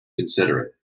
considerate